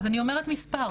אני אומרת מספר.